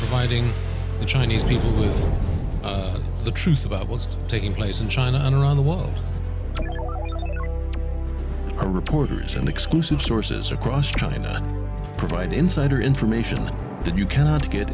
fighting the chinese people is the truth about what's taking place in china and around the world are reporters and exclusive sources across china provide insider information that you cannot get